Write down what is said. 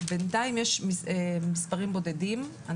בינתיים יש מספרים בודדים.